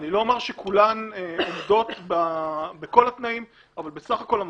אני לא אומר שכולן עומדות בכל התנאים אבל בסך הכל,